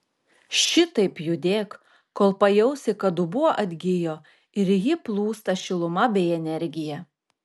šitaip judėk kol pajausi kad dubuo atgijo ir į jį plūsta šiluma bei energija